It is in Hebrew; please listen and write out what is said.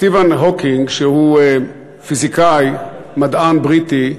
סטיבן הוקינג, שהוא פיזיקאי, מדען בריטי,